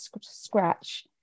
scratch